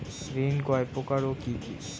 ঋণ কয় প্রকার ও কি কি?